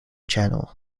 channel